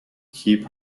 keep